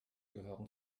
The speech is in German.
gehören